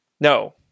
no